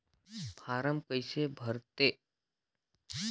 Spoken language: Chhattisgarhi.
फारम कइसे भरते?